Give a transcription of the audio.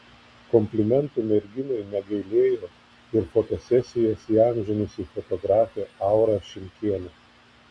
komplimentų merginai negailėjo ir fotosesijas įamžinusi fotografė aura šimkienė